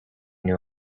new